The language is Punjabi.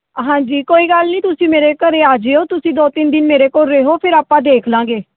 ਹਾਂਜੀ ਕੋਈ ਗੱਲ ਨਹੀਂ ਤੁਸੀਂ ਮੇਰੇ ਘਰ ਆ ਜਿਓ ਤੁਸੀਂ ਦੋ ਤਿੰਨ ਦਿਨ ਮੇਰੇ ਕੋਲ ਰਿਹੋ ਫੇਰ ਆਪਾਂ ਦੇਖ ਲਵਾਂਗੇ